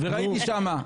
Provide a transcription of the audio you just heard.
ראיתי שם,